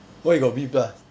why you got B plus